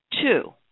Two